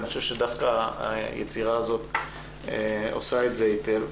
אני חושב שדווקא היצירה הזאת עושה את זה היטב.